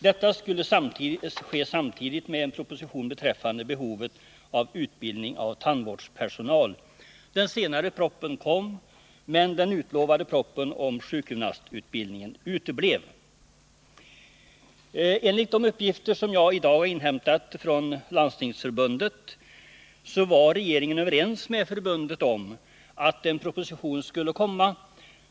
Detta skulle ske samtidigt med en proposition beträffande behovet av utbildning av tandvårdspersonal. Den senare propositionen kom, men den utlovade propositionen om sjukgymnastutbildningen uteblev. Enligt de uppgifter jag i dag inhämtat från Landstingsförbundet var regeringen överens med förbundet om att en proposition skulle komma.